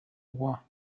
war